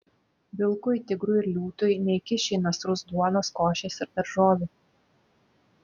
vilkui tigrui ir liūtui neįkiši į nasrus duonos košės ir daržovių